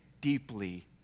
deeply